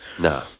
No